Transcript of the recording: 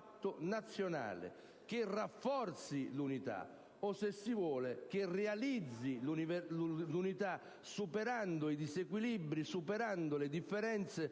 patto nazionale, che rafforzi l'unità o, se si vuole, che realizzi l'unità, superando i disequilibri, le differenzee